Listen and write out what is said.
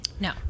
No